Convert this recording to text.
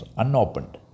unopened